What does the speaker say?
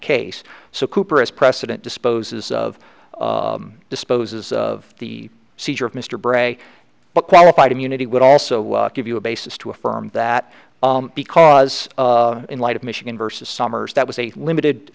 case so cooper as precedent disposes of disposes of the seizure of mr bray but qualified immunity would also give you a basis to affirm that because in light of michigan versus summers that was a limited